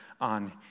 on